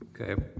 Okay